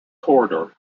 corridor